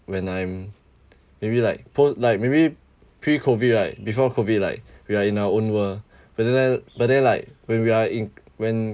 when I'm maybe like poor like maybe pre-COVID right before COVID like we are in our own world but then but then like when we are in when